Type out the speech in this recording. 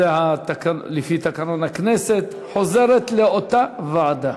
זה לפי תקנון הכנסת, חוזרת לאותה ועדה.